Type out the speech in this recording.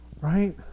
Right